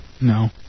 No